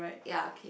ya okay